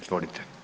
Izvolite.